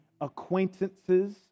acquaintances